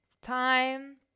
time